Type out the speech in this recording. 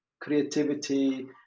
creativity